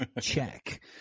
Check